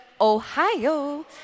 Ohio